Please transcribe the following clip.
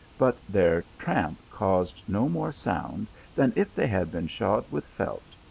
but their tramp caused no more sound than if they had been shod with felt,